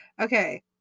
Okay